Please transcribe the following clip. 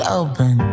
open